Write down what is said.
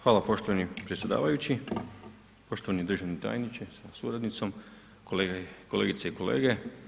Hvala poštovani predsjedavajući, poštovani državni tajniče sa suradnicom, kolegice i kolege.